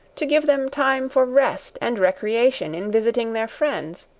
to give them time for rest and recreation in visiting their friends?